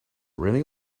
raining